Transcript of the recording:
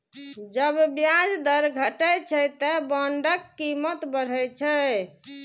जब ब्याज दर घटै छै, ते बांडक कीमत बढ़ै छै